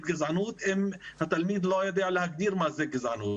גזענות אם התלמיד לא יודע להגדיר מה זה גזענות?